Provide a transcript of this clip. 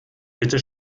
bitte